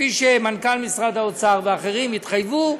כפי שמנכ"ל משרד האוצר ואחרים התחייבו,